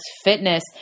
fitness